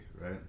right